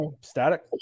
static